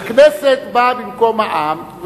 הכנסת באה במקום העם,